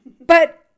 but-